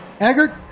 Eggert